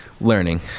learning